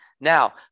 Now